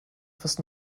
fürs